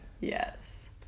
yes